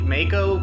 Mako